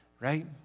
right